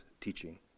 teaching